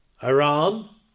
Iran